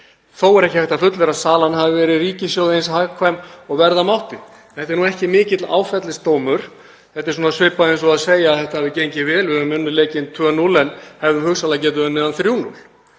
Þó er ekki hægt að fullyrða að salan hafi verið ríkissjóði eins hagkvæm og verða mátti.“ Þetta er nú ekki mikill áfellisdómur. Þetta er svipað og að segja að þetta hafi gengið vel, við unnum leikinn 2–0 en hefðum hugsanlega getað unnið hann 3–0.